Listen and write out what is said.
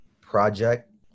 project